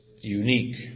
unique